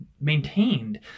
maintained